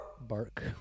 Bark